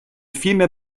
vielmehr